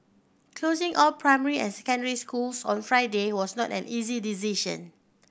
closing all primary and secondary schools on Friday was not an easy decision